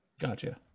Gotcha